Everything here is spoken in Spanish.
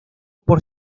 por